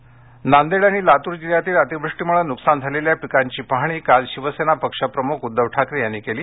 नुकसान पाहणी नांदेड आणि लातूर जिल्ह्यातील अतिवृष्टीमुळे नुकसान झालेल्या पिकांची पाहणी काल शिवसेना पक्षप्रमुख उध्दव ठाकरे यांनी केली